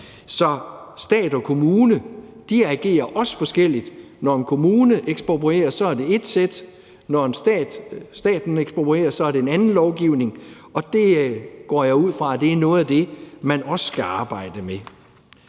Så stat og kommune agerer også forskelligt. Når en kommune eksproprierer, er det ét sæt, men når staten eksproprierer, er det en anden lovgivning, og det går jeg ud fra er noget af det, man også skal arbejde med.